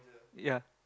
ya